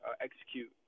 execute